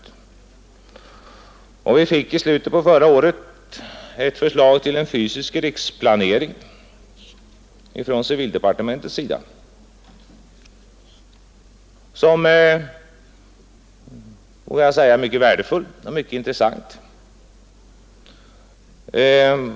I slutet av förra året fick vi från civildepartementet ett förslag till en fysisk riksplanering som är, vågar jag säga, mycket värdefullt och intressant.